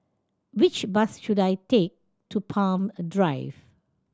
which bus should I take to Palm a Drive